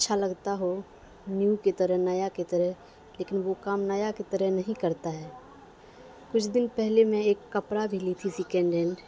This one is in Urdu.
اچھا لگتا ہو نیو کے طرح نیا کی طرح لیکن وہ کام نیا کی طرح نہیں کرتا ہے کچھ دن پہلے میں ایک کپڑا بھی لی تھی سیکنڈ ہینڈ